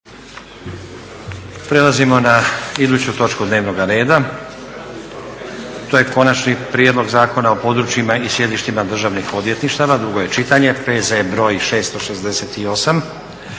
Prelazimo na iduću točku dnevnoga reda. - Konačni prijedlog Zakona o područjima i sjedištima državnih odvjetništava, drugo čitanje, P.Z. br. 668;